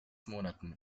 monaten